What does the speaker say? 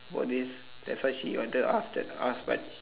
about this that's why she wanted to ask that ask but